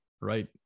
right